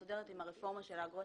הרפורמה של האגרות.